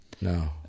No